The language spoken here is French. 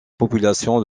population